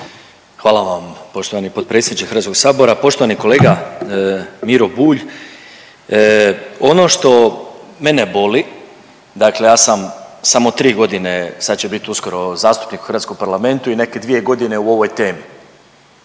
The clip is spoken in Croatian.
Hvala vam poštovani potpredsjedniče Hrvatskog sabora. Poštovani kolega Miro Bulj, ono što mene boli, dakle ja sam samo tri godine, sad će biti uskoro zastupnik u Hrvatskom parlamentu i neke dvije godine u ovoj temi.